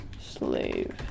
slave